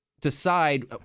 decide